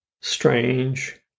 strange